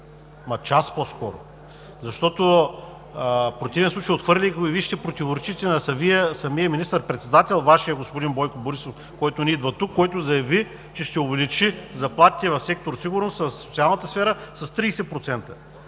ама час по-скоро! Защото в противен случай, отхвърляйки го, Вие ще противоречите на самия министър председател – Вашия, господин Бойко Борисов, който не идва тук, който заяви, че ще увеличи заплатите в сектор „Сигурност“ в социалната сфера с 30%.